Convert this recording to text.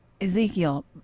Ezekiel